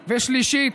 שלישית,